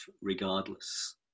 regardless